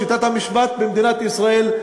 שיטת המשפט במדינת ישראל,